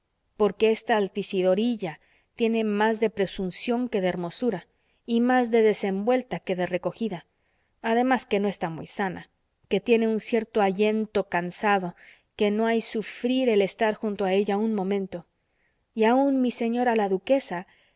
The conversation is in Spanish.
reluce porque esta altisidorilla tiene más de presunción que de hermosura y más de desenvuelta que de recogida además que no está muy sana que tiene un cierto allento cansado que no hay sufrir el estar junto a ella un momento y aun mi señora la duquesa